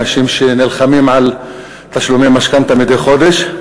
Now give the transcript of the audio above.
האנשים שנלחמים על תשלומי משכנתה מדי חודש,